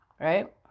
right